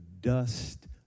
dust